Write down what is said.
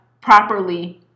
properly